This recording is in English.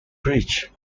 bridge